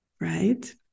right